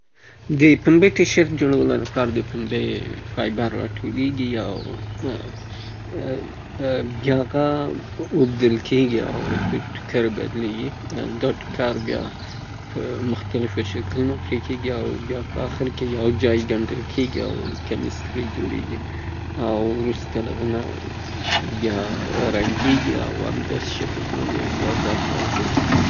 پنبه البته د ټي شرټ د جوړولو لپاره د دې له بوټو نه پیل کیږي. دا له بوټو نه راټولیږي او بیا وروسته له هغه نه پروسس کیږي، د پروسس کولو نه وروسته بیا هغه د ټوکر شکل باندې تبدیلیږي. لیبل پې باندې وهل کیږي، توضیجات یې ورسره مکمل لیکل کیږي؛ ترڅو د اغوستلو د پاره اماده سي.